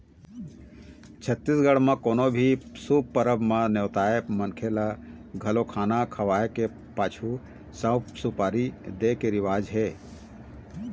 छत्तीसगढ़ म कोनो भी शुभ परब म नेवताए मनखे ल घलोक खाना खवाए के पाछू सउफ, सुपारी दे के रिवाज हे